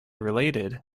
related